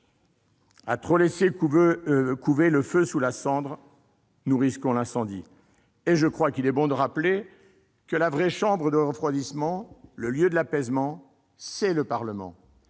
À trop laisser couver le feu sous la cendre, vous risquez l'incendie. Je crois bon de rappeler que la vraie chambre de refroidissement, le lieu de l'apaisement, c'est le Parlement.